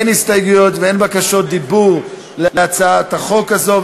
אין הסתייגויות ואין בקשות דיבור להצעת החוק הזאת.